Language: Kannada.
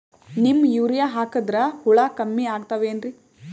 ನೀಮ್ ಯೂರಿಯ ಹಾಕದ್ರ ಹುಳ ಕಮ್ಮಿ ಆಗತಾವೇನರಿ?